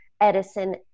Edison